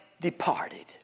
departed